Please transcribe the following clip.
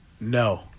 No